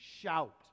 shout